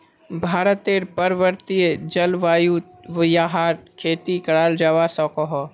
भारतेर पर्वतिये जल्वायुत याहर खेती कराल जावा सकोह